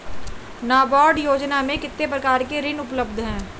नाबार्ड योजना में कितने प्रकार के ऋण उपलब्ध हैं?